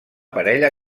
parella